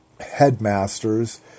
headmasters